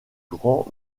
grand